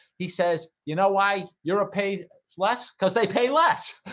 he says, you know why you're a paid less because they pay less